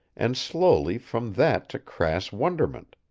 and slowly from that to crass wonderment.